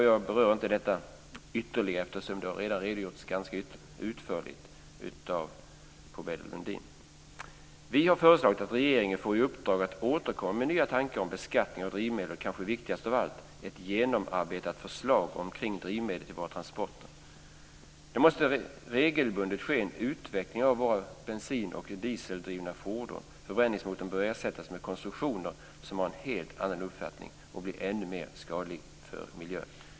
Jag berör inte detta ytterligare eftersom Marietta de Pourbaix-Lundin har redogjort för det ganska utförligt. Vi har föreslagit att regeringen får i uppdrag att återkomma med nya tankar om beskattning av drivmedel och, kanske viktigast av allt, ett genomarbetat förslag när det gäller drivmedel till våra transporter. Det måste regelbundet ske en utveckling av våra bensin och dieseldrivna fordon. Förbränningsmotorn bör ersättas med konstruktioner som har en helt annan uppbyggnad och blir ännu mindre skadlig för vår miljö.